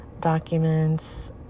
documents